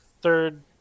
third